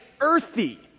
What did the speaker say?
earthy